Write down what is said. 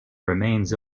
remains